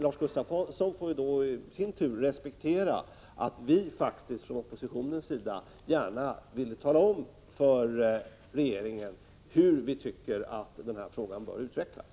Lars Gustafsson får då i sin tur respektera att vi från oppositionen gärna vill tala om för regeringen hur vi anser att den här frågan bör utvecklas.